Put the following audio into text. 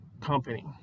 company